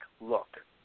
look